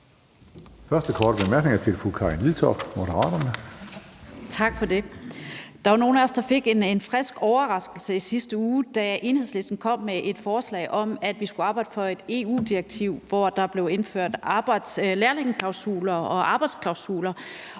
første korte bemærkning er til fru Karin Liltorp, Moderaterne. Kl. 20:07 Karin Liltorp (M): Tak for det. Der er jo nogle af os, der fik en frisk overraskelse i sidste uge, da Enhedslisten kom med et forslag om, at vi skulle arbejde for et EU-direktiv, hvor der blev indført lærlingeklausuler og arbejdsklausuler,